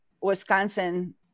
Wisconsin